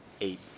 eight